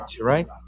right